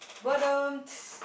but um